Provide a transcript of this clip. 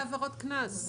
לא בעבירות קנס.